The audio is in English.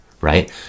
right